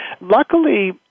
Luckily